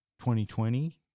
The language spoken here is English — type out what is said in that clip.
2020